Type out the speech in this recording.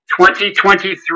2023